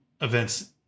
events